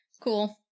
Cool